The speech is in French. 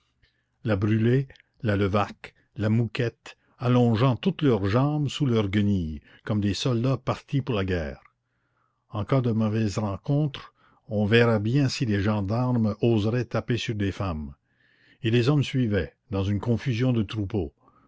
la brûlé la levaque la mouquette allongeant toutes leurs jambes sous leurs guenilles comme des soldats partis pour la guerre en cas de mauvaise rencontre on verrait bien si les gendarmes oseraient taper sur des femmes et les hommes suivaient dans une confusion de troupeau